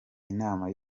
inama